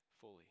fully